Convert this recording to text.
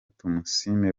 tumusiime